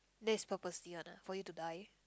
then it's purposely one ah for you to die